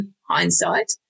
hindsight